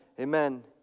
amen